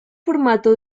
formato